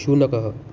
शुनकः